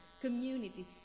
community